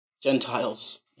Gentiles